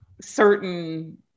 certain